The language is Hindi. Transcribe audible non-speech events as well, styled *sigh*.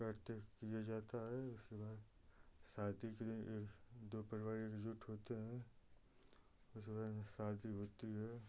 करते *unintelligible* जाता है उसके बाद शादी के लिए ये दो परिवार एकजुट होते हैं उसके बाद में शादी होती है